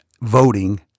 voting